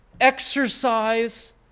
exercise